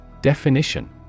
Definition